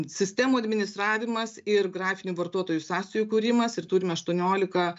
sistemų administravimas ir grafinių vartotojų sąsajų kūrimas ir turime aštuoniolika